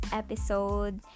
episode